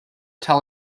tell